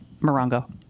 Morongo